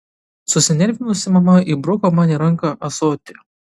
susinervinusi mama įbruko man į ranką ąsotį